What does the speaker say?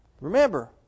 Remember